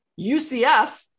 UCF